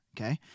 okay